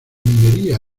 minería